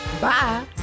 Bye